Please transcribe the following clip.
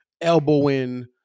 Elbowing